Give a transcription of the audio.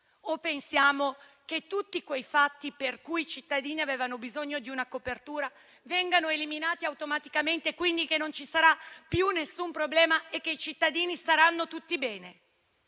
O pensiamo che tutti quei fatti per cui i cittadini avevano bisogno di una copertura verranno eliminati automaticamente, che non vi sarà più nessun problema e che quindi i cittadini staranno tutti bene?